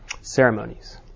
ceremonies